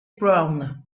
browne